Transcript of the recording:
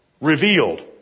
revealed